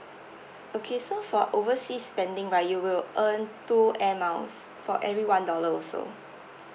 okay so for overseas spending right you will earn two air miles for every one dollar also